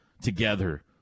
together